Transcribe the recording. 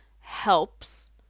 helps